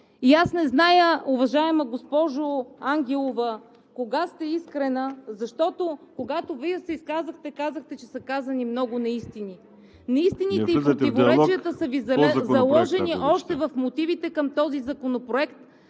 И аз не зная, уважаема госпожо Ангелова, кога сте искрена, защото когато Вие се изказахте, казахте, че са казани много неистини. Неистините и противоречията са Ви заложени още в мотивите към този законопроект,…